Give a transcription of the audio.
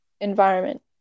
environment